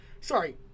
sorry